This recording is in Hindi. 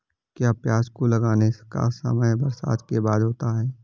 क्या प्याज को लगाने का समय बरसात के बाद होता है?